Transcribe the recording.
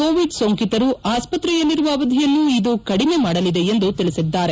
Covid ಸೋಂಕಿತರು ಆಸ್ತ್ರೆಯಲ್ಲಿರುವ ಅವಧಿಯನ್ನು ಇದು ಕಡಿಮೆ ಮಾಡಲಿದೆ ಎಂದು ಅವರು ತಿಳಿಸಿದ್ದಾರೆ